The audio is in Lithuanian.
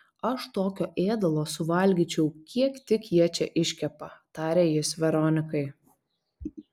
aš tokio ėdalo suvalgyčiau kiek tik jie čia iškepa tarė jis veronikai